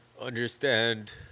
understand